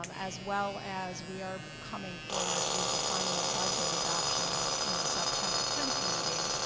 um as well as we are coming forward with the final budget adoption in the september tenth meeting.